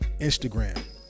instagram